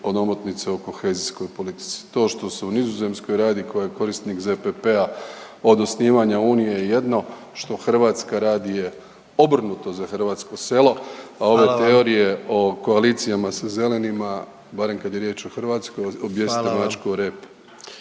od omotnice o kohezijskoj politici. To što se u Nizozemskoj radi koja je korisnik ZPP-a od osnivanja Unije je jedno, što Hrvatska radi je obrnuto za hrvatsko selo. …/Upadica predsjednik: Hvala vam./… A ove teorije o koalicijama sa Zelenima barem kada je riječ o Hrvatskoj objesite mačku o rep.